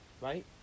right